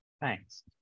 Thanks